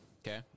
Okay